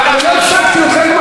וגם לא הפסקתי אותך,